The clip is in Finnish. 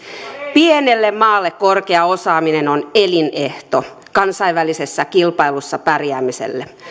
pienelle maalle korkea osaaminen on elinehto kansainvälisessä kilpailussa pärjäämiselle